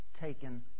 taken